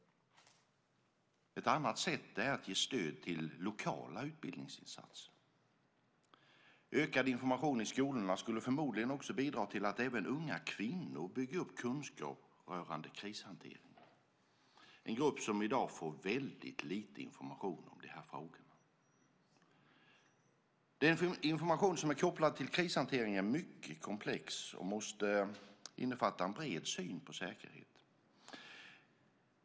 Ett annat sätt är att ge stöd till lokala utbildningsinsatser. Ökad information i skolorna skulle förmodligen också bidra till att även unga kvinnor bygger upp kunskap rörande krishantering. Det är en grupp som i dag får väldigt lite information om de här frågorna. Den information som är kopplad till krishantering är mycket komplex och måste innefatta en bred syn på säkerhet.